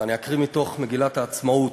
ואני אקריא מתוך מגילת העצמאות: